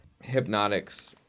Hypnotics